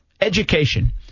education